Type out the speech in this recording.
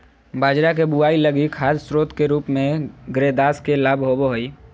बाजरा के बुआई लगी खाद स्रोत के रूप में ग्रेदास के लाभ होबो हइ